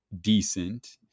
decent